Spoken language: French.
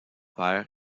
père